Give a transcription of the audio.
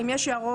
אם יש הערות,